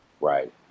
Right